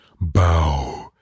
Bow